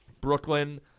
Brooklyn